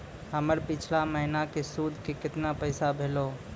हमर पिछला महीने के सुध के केतना पैसा भेलौ?